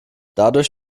dadurch